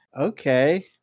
okay